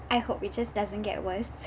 I hope it just doesn't get worse